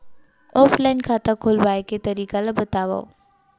Offline खाता खोलवाय के तरीका ल बतावव?